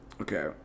Okay